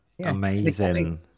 Amazing